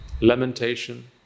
Lamentation